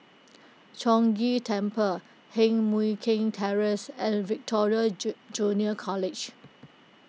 Chong Ghee Temple Heng Mui Keng Terrace and Victoria Ju Junior College